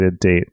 date